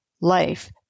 life